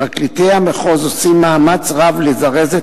פרקליטי המחוז עושים מאמץ רב לזרז את